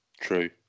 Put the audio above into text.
true